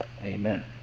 Amen